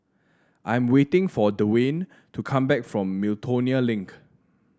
I'm waiting for Dewayne to come back from Miltonia Link